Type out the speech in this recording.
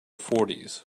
fourties